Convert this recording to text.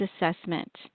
assessment